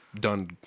done